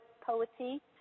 poetry